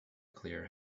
clear